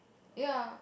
ya